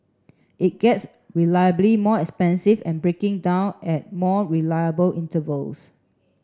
it gets reliably more expensive and breaking down at more reliable intervals